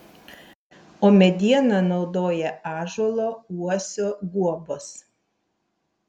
o medieną naudoja ąžuolo uosio guobos